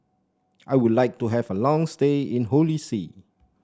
I would like to have a long stay in Holy See